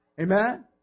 Amen